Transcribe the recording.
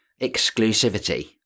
exclusivity